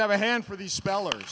have a hand for these spellers